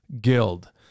guild